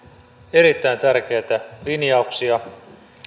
erittäin tärkeitä linjauksia